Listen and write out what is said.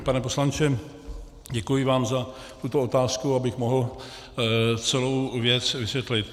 Pane poslanče, děkuji vám za tuto otázku, abych mohl celou věc vysvětlit.